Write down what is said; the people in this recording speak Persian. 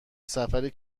سفری